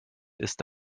ist